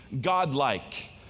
godlike